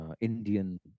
Indian